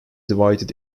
divided